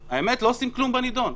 האמת, לא עושים כלום בנדון.